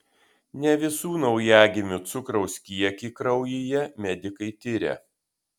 ne visų naujagimių cukraus kiekį kraujyje medikai tiria